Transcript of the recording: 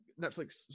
Netflix